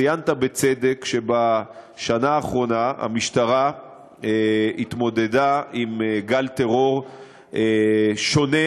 ציינת בצדק שבשנה האחרונה המשטרה התמודדה עם גל טרור שונה,